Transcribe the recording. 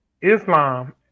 Islam